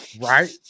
right